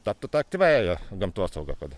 taptų ta aktyviąja gamtosauga kad